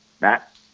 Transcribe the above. Matt